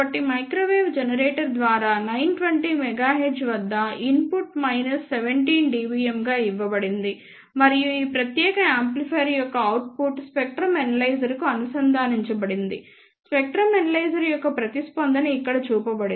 కాబట్టి microwave generator ద్వారా 920 MHz వద్ద ఇన్పుట్ మైనస్ 17 dBm గా ఇవ్వబడింది మరియు ఈ ప్రత్యేక యాంప్లిఫైయర్ యొక్క అవుట్పుట్ స్పెక్ట్రం ఎనలైజర్కు అనుసంధానించబడింది స్పెక్ట్రం ఎనలైజర్ యొక్క ప్రతిస్పందన ఇక్కడ చూపబడింది